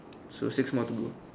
so six more to go